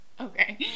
Okay